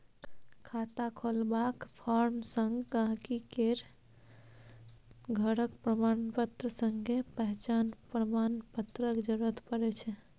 खाता खोलबाक फार्म संग गांहिकी केर घरक प्रमाणपत्र संगे पहचान प्रमाण पत्रक जरुरत परै छै